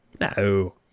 no